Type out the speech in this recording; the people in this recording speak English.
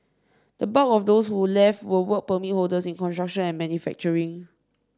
the bulk of those who left were Work Permit holders in construction and manufacturing